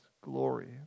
glory